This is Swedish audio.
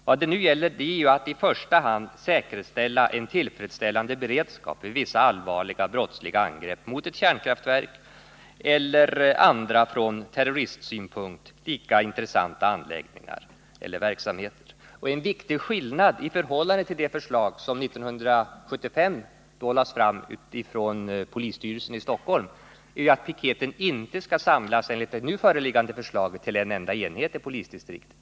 Vad det nu i första hand gäller är att säkerställa en tillfredsställande beredskap vid vissa allvarliga brottsliga angrepp mot kärnkraftverk eller andra från terroristsynpunkt lika intressanta anläggningar eller verksamheter. En viktig skillnad i förhållande till det förslag som år 1975 lades fram av polisstyrelsen i Stockholm är att piketen enligt det nu föreliggande förslaget inte skall samlas till en enda enhet i polisdistriktet.